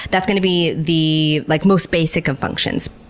that's going to be the like most basic of functions.